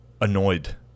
annoyed